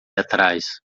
atrás